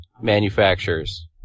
manufacturers